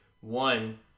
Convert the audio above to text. one